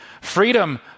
Freedom